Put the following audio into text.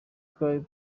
twari